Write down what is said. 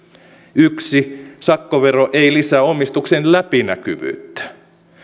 yksi sakkovero ei lisää omistuksen läpinäkyvyyttä